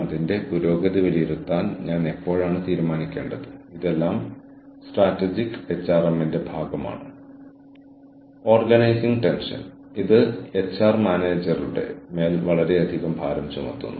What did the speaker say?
സഹ സൃഷ്ടി എന്നാൽ ഒരുമിച്ച് നിർമ്മിക്കുക ഒരുമിച്ച് സൃഷ്ടിക്കുക ഒരുമിച്ച് രൂപീകരിക്കുക ഒരുമിച്ച് നിർമ്മിക്കുക ഒരുമിച്ച് ഉൽപ്പാദിപ്പിക്കുക സാമ്പത്തിക മൂല്യമുള്ള ഉൽപ്പന്നങ്ങളുടെയും സേവനങ്ങളുടെയും ടീമുകളിൽ പ്രവർത്തിക്കുക അത് ഓഹരി ഉടമകൾക്ക് പ്രയോജനകരവും അതിരുകൾക്കപ്പുറത്തേക്ക് വ്യാപിക്കുകയും ചെയ്യുന്നു